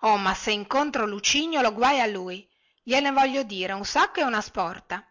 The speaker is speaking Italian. oh ma se incontro lucignolo guai a lui gliene voglio dire un sacco e una sporta